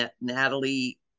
Natalie